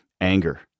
anger